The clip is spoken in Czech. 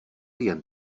jen